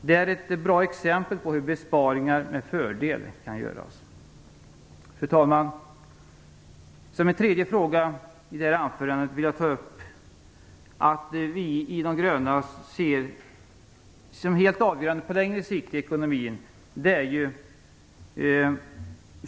Det är ett bra exempel på hur besparingar med fördel kan göras. Fru talman! Jag vill ta upp en tredje fråga i detta anförande, nämligen vad vi, de gröna, ser som helt avgörande på längre sikt i ekonomin.